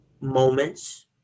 moments